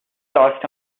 lost